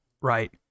Right